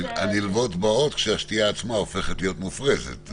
הנלוות באות כשהשתייה עצמה הופכת להיות מופרזת.